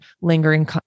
lingering